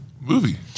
movie